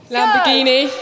Lamborghini